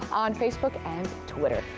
on facebook and twitter.